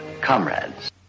Comrades